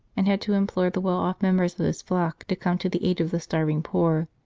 and had to implore the well off members of his flock to come to the aid of the starving poor.